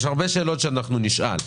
יש הרבה שאלות שאנחנו נשאל.